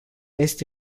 este